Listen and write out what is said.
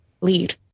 lead